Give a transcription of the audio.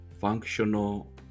functional